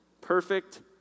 perfect